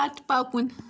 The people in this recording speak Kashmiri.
پتہٕ پکُن